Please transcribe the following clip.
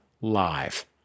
live